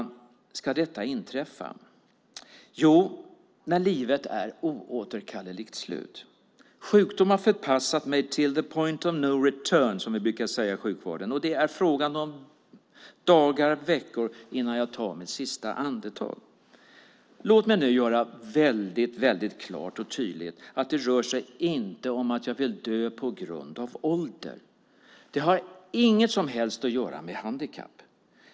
När ska detta inträffa? Jo, när livet är oåterkalleligt slut. Sjukdom har förpassat mig till the point of no return, som vi brukar säga i sjukvården, och det är fråga om dagar eller veckor innan jag tar mitt sista andetag. Låt mig nu göra väldigt klart och tydligt att det inte rör sig om att jag vill dö på grund av ålder. Det har heller inget som helst att göra med handikapp.